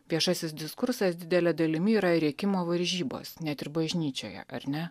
viešasis diskursas didele dalimi yra rėkimo varžybos net ir bažnyčioje ar ne